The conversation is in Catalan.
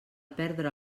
perdre